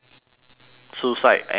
suicide and depression